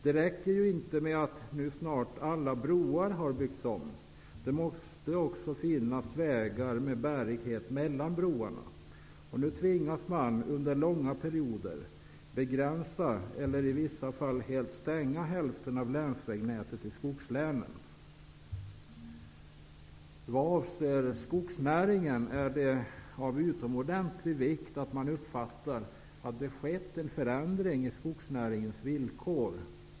Det räcker inte med att snart alla broar nu har byggts om, det måste också finnas vägar med bärighet mellan broarna. Nu tvingas man under långa perioder begränsa, eller i vissa fall helt stänga, hälften av länsvägnätet i skogslänen. Fru talman! Det är av utomordentlig vikt att man uppfattar att det skett en förändring i skogsnäringens villkor.